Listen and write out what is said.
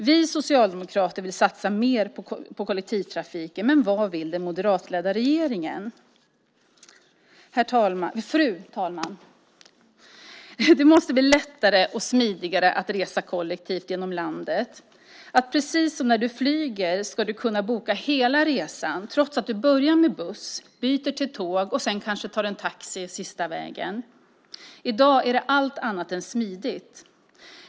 Vi socialdemokrater vill satsa mer på kollektivtrafiken. Men vad vill den moderatledda regeringen? Fru talman! Det måste bli lättare och smidigare att resa kollektivt genom landet. Precis som när du flyger ska du kunna boka hela resan trots att du börjar med buss, byter till tåg och sedan kanske tar en taxi sista sträckan. I dag är det allt annat än smidigt.